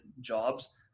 jobs